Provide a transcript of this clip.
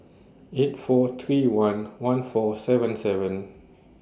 eight four three one one four seven seven